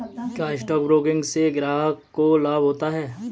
क्या stock broking से ग्राहक को लाभ होता है?